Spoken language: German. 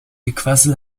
gequassel